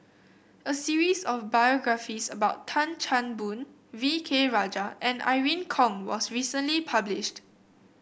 a series of biographies about Tan Chan Boon V K Rajah and Irene Khong was recently published